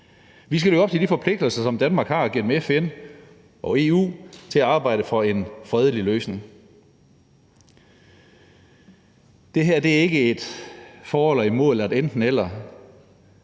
Vi skal leve op til de forpligtelser, som Danmark har igennem FN og EU, til at arbejde for en fredelig løsning. Det her drejer sig ikke om et for eller imod eller et enten-eller.